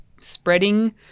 spreading